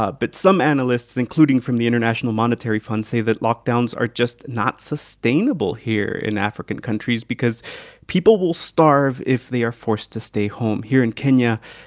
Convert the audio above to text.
ah but some analysts, including from the international monetary fund, say that lockdowns are just not sustainable here in african countries because people will starve if they are forced to stay home. here in kenya,